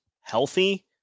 healthy